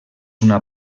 una